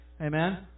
Amen